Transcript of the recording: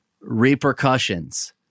repercussions